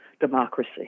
democracy